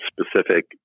specific